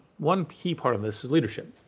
one key part of this is leadership.